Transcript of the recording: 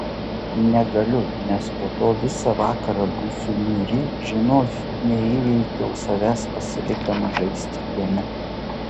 negaliu nes po to visą vakarą būsiu niūri žinosiu neįveikiau savęs pasilikdama žaisti kieme